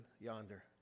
yonder